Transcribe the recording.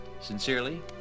Sincerely